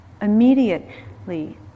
immediately